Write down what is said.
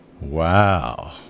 Wow